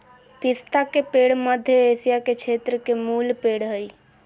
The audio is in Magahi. पिस्ता के पेड़ मध्य एशिया के क्षेत्र के मूल पेड़ हइ